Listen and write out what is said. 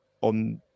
on